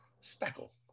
speckle